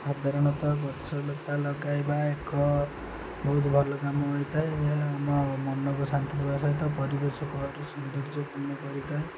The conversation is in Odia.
ସାଧାରଣତଃ ଗଛ ଲତା ଲଗାଇବା ଏକ ବହୁତ ଭଲ କାମ ହୋଇଥାଏ ଏହା ଆମ ମନକୁ ଶାନ୍ତି ଦେବା ସହିତ ପରିବେଶକୁ ଆହୁରି ସୌନ୍ଦର୍ଯ୍ୟପୂର୍ଣ୍ଣ କରିଥାଏ